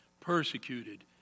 persecuted